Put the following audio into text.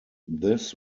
this